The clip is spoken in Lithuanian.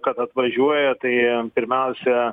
kad atvažiuoja tai pirmiausia